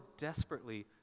desperately